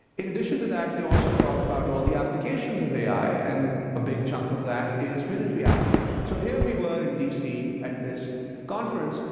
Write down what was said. in addition to that, they also talk about all the applications of ai, and a big chunk of that is military applications. so here we were in dc at this conference,